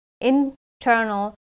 internal